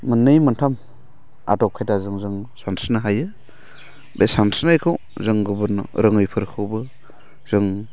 मोननै मोनथाम आदब खायदाजों जों सानस्रिनो हायो बे सानस्रिनायखौ जों गुबुन रोङैफोरखौबो जों